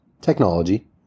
technology